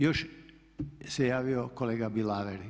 Još se javio kolega Bilaver.